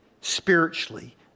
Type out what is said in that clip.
spiritually